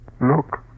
Look